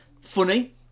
funny